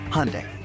Hyundai